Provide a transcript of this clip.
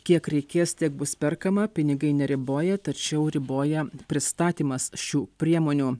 kiek reikės tiek bus perkama pinigai neriboja tačiau riboja pristatymas šių priemonių